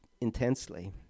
intensely